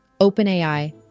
OpenAI